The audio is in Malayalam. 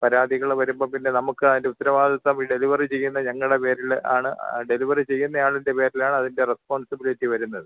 പരാതികൾ വരുമ്പം പിന്നെ നമുക്ക് അതിൻ്റെ ഉത്തരവാദിത്ത്വം ഈ ഡെലിവറി ചെയ്യുന്ന ഞങ്ങളുടെ പേരിൽ ആണ് ഡെലിവറി ചെയ്യുന്ന ആളിൻ്റെ പേരിലാണ് അതിൻ്റെ റെസ്പോൺസിബിലിറ്റി വരുന്നത്